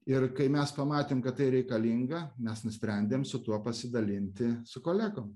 ir kai mes pamatėm kad tai reikalinga mes nusprendėm su tuo pasidalinti su kolegom